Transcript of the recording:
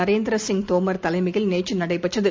நரேந்திர சிங் தோமர் தலைமையில் நேற்று நடைபெற்றது